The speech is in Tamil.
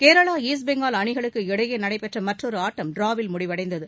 கேரளா சஸ்ட் பெங்கால் அணிகளுக்கு இடையே நடைபெற்ற மற்றொரு ஆட்டம் டிராவில் முடிவடைந்தது